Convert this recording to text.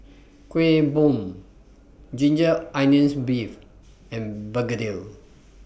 Kuih Bom Ginger Onions Beef and Begedil